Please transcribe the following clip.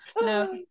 no